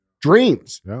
dreams